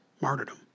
martyrdom